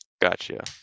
Gotcha